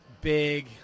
big